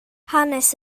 hanes